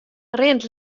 rint